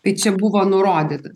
tai čia buvo nurodytas